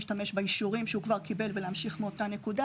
להשתמש באישורים שהוא כבר קיבל ולהמשיך מאותה נקודה.